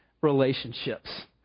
relationships